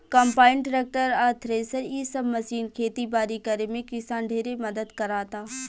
combine, tractor आ thresher इ सब मशीन खेती बारी करे में किसान ढेरे मदद कराता